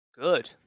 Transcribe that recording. good